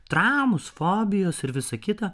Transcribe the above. traumos fobijos ir visa kita